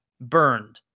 burned